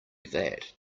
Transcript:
that